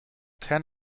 ten